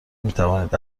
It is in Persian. میتوانید